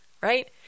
right